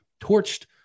torched